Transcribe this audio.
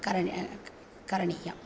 करणे करणीयम्